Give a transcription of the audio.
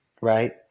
right